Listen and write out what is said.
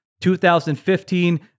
2015